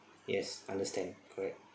yes understand correct